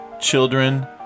children